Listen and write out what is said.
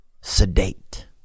sedate